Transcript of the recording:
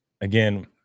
again